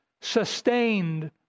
sustained